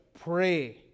pray